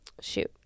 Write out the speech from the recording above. shoot